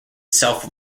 self